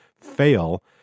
fail